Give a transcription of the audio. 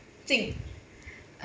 jing